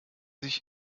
sich